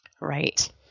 Right